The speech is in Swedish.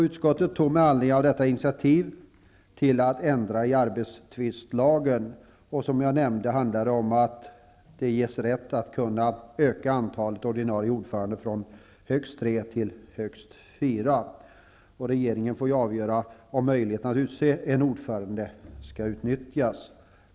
Utskottet tog med anledning av detta initiativ till en ändring i arbetstvistlagen. Som jag nämnde handlar det om att domstolen ges rätt att öka antalet ordinarie ordförande från högst tre till högst fyra. Regeringen förutsätts få avgöra om möjligheten att utse en ytterligare ordförande skall utnyttjas.